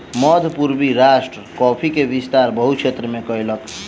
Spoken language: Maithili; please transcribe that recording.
मध्य पूर्वी राष्ट्र कॉफ़ी के विस्तार बहुत क्षेत्र में कयलक